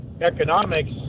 economics